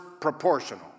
proportional